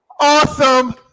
Awesome